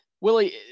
Willie